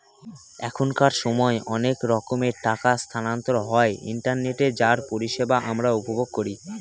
এখনকার সময় অনেক রকমের টাকা স্থানান্তর হয় ইন্টারনেটে যার পরিষেবা আমরা উপভোগ করি